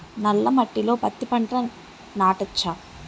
నల్ల మట్టిలో పత్తి పంట నాటచ్చా?